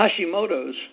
Hashimoto's